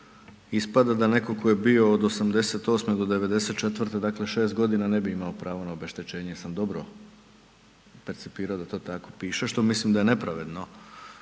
ispada da neko ko je bio od '88. do '94., dakle 6.g., ne bi imao pravo na obeštećenje, jesam dobro percipiro da to tako piše, što mislim da je nepravedno,